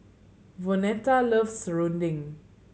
Vonetta loves serunding